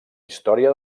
història